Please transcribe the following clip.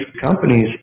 companies